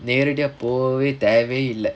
நேரடியா போயி தேவையே இல்ல:neradiyaa poyi thevayae illa